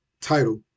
title